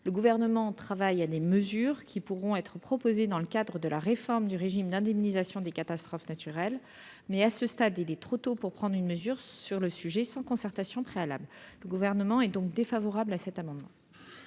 naturelle. Il travaille à des mesures qui pourront être proposées dans le cadre de la réforme du régime d'indemnisation des catastrophes naturelles. Toutefois, à ce stade, il est trop tôt pour prendre une mesure sur le sujet, sans concertation préalable. Le Gouvernement est donc défavorable à cet amendement.